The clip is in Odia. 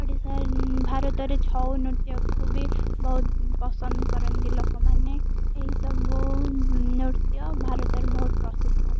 ଓଡ଼ିଶା ଭାରତରେ ଛଉ ନୃତ୍ୟକୁ ବି ବହୁତ ପସନ୍ଦ କରନ୍ତି ଲୋକମାନେ ଏହିସବୁ ନୃତ୍ୟ ଭାରତରେ ବହୁତ ପ୍ରସିଦ୍ଧ